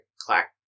clack